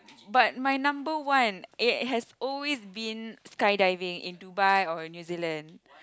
but my number one it has always been skydiving in Dubai or New Zealand